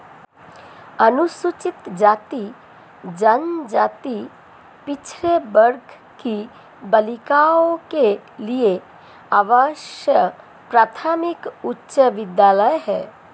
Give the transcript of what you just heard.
अनुसूचित जाति जनजाति पिछड़े वर्ग की बालिकाओं के लिए आवासीय प्राथमिक उच्च विद्यालय है